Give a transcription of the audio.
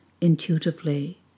intuitively